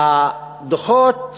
והדוחות